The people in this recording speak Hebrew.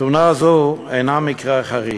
התאונה הזאת אינה מקרה חריג.